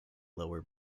lower